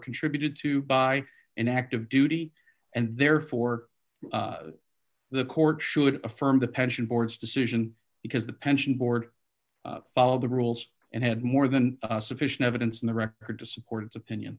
contributed to by an active duty and therefore the court should affirm the pension board's decision because the pension board followed the rules and had more than sufficient evidence in the record to support its opinion